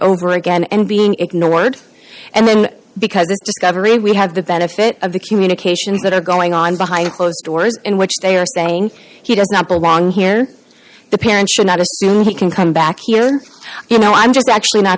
over again and being ignored and then because of government we have the benefit of the communications that are going on behind closed doors in which they are saying he does not belong here the parents should not assume he can come back here you know i'm just actually not